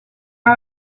are